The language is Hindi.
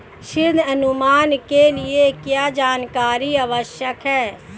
ऋण अनुमान के लिए क्या जानकारी आवश्यक है?